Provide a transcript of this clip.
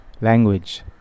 language